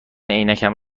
عینکم